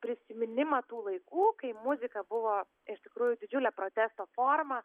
prisiminimą tų laikų kai muzika buvo iš tikrųjų didžiulė protesto forma